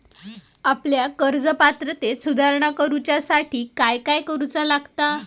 आपल्या कर्ज पात्रतेत सुधारणा करुच्यासाठी काय काय करूचा लागता?